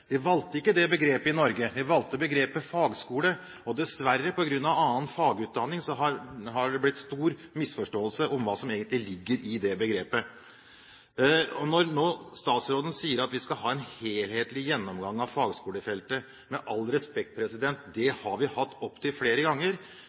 Vi valgte ikke det begrepet i Norge, vi valgte begrepet «fagskole», og – dessverre – på grunn av annen fagutdanning har det blitt stor misforståelse om hva som egentlig ligger i det begrepet. Statsråden sier at vi skal ha en helhetlig gjennomgang av fagskolefeltet, men med all respekt: Det